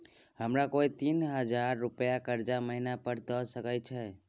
हमरा कोय तीन हजार रुपिया कर्जा महिना पर द सके छै?